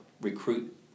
recruit